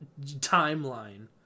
timeline